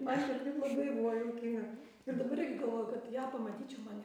man čia taip labai buvo juokinga ir dabar irgi galvoju kad ją pamatyčiau man